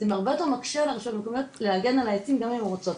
זה הרבה יותר מקשה על הרשויות המקומיות להגן על העצים גם אם הן רוצות.